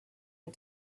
and